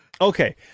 Okay